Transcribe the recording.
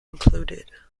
included